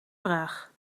vraag